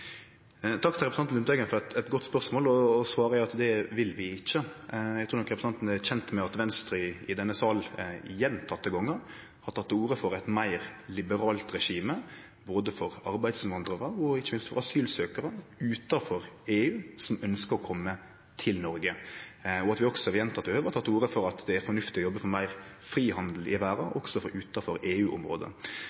Takk til representanten Lundteigen for eit godt spørsmål. Svaret er at det vil vi ikkje. Eg trur nok representanten er kjend med at Venstre i denne salen gjentekne gonger har teke til orde for eit meir liberalt regime både for arbeidsinnvandrarar og, ikkje minst, for asylsøkjarar utanfor EU som ønskjer å kome til Noreg, og at vi også ved gjentekne høve har teke til orde for at det er fornuftig å jobbe for meir frihandel i verda